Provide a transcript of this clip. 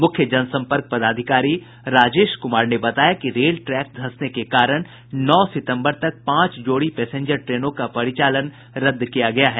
मुख्य जनसंपर्क पदाधिकारी राजेश कुमार ने बताया कि रेल ट्रैक धंसने के कारण नौ सितम्बर तक पांच जोड़ी पैसेंजर ट्रेनों का परिचालन रद्द कर दिया गया है